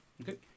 Okay